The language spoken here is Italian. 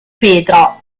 petra